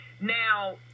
Now